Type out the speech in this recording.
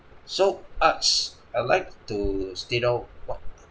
so arts I'd like to state out what